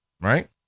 Right